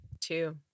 two